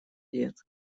лет